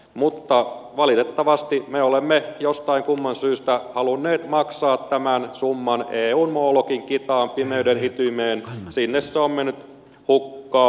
mutta valitettavasti me olemme jostain kumman syystä halunneet maksaa tämän summan eun molokin kitaan pimeyden ytimeen sinne se on mennyt hukkaan